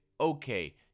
okay